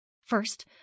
First